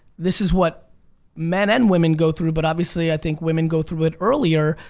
this is what men and women go through but obviously i think women go through it earlier.